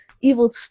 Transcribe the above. evil